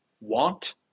want